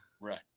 Right